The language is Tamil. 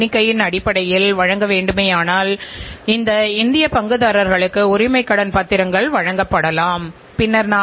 குறைந்தபட்ச உள்ளீட்டைக் கொண்டு வெளியீடு சிறந்தது என்று உறுதிப்படுத்திக் கொள்ளுங்கள்